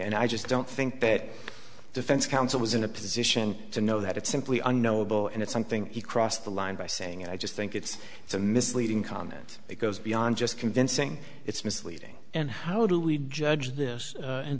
and i just don't think that defense counsel was in a position to know that it's simply unknowable and it's something he crossed the line by saying and i just think it's it's a misleading comment that goes beyond just convincing it's misleading and how do we judge this